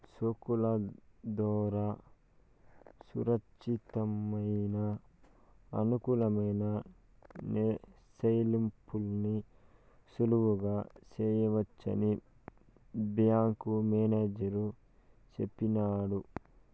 సెక్కుల దోరా సురచ్చితమయిన, అనుకూలమైన సెల్లింపుల్ని సులువుగా సెయ్యొచ్చని బ్యేంకు మేనేజరు సెప్పినాడు